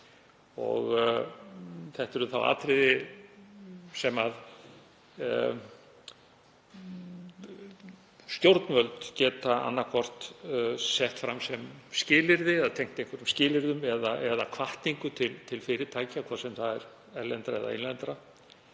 Þetta eru atriði sem stjórnvöld geta annaðhvort sett fram sem skilyrði eða tengt skilyrðum eða hvatningu til fyrirtækja, hvort sem er erlendra eða innlendra.